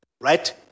right